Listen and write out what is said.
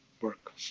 work